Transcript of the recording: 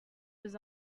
was